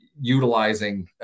Utilizing